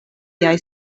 tiaj